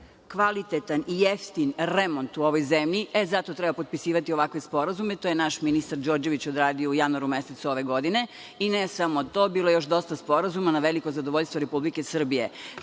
kvalitetan i jeftin remont u ovoj zemlji, e zato treba potpisivati ovakve sporazume. To je naš ministar Đorđević odradio u januaru mesecu ove godine i ne samo to, bilo je još sporazuma na veliko zadovoljstvo Republike Srbije. To